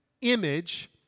image